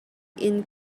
inn